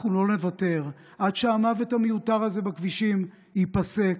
אנחנו לא נוותר עד שהמוות המיותר הזה בכבישים ייפסק,